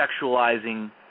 sexualizing